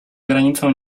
granicą